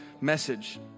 message